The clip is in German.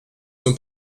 zum